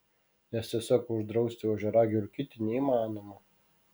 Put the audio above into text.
nes tiesiog uždrausti ožiaragiui rūkyti neįmanoma